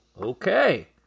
Okay